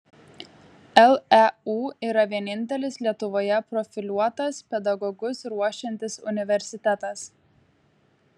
leu yra vienintelis lietuvoje profiliuotas pedagogus ruošiantis universitetas